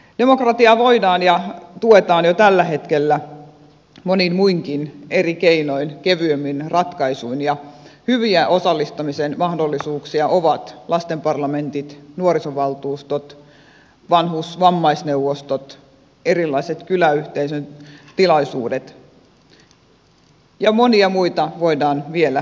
demokratiaa voidaan tukea ja tuetaan jo tällä hetkellä monin muinkin eri keinoin kevyemmin ratkaisuin ja hyviä osallistumisen mahdollisuuksia ovat lastenparlamentit nuorisovaltuustot vanhuus ja vammaisneuvostot erilaiset kyläyhteisön tilaisuudet ja monia muita voidaan vielä luoda lisää